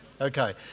Okay